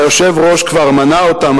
שהיושב-ראש כבר מנה אותם,